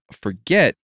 forget